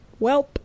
Welp